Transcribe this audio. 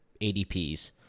ADPs